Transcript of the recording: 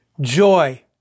joy